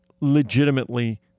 legitimately